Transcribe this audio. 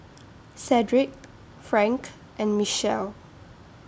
Cedric Frank and Mechelle